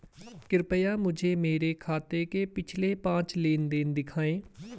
कृपया मुझे मेरे खाते के पिछले पांच लेन देन दिखाएं